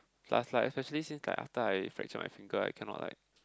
like like actually since I after I fracture my finger I cannot like